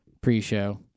pre-show